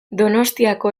donostiako